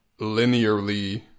linearly